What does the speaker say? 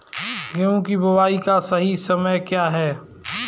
गेहूँ की बुआई का सही समय क्या है?